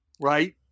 right